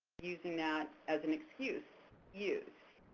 using that as an excuse, use.